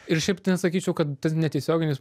ir šiaip tai nesakyčiau kad tas netiesioginis